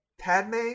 Padme